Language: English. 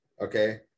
Okay